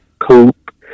Coop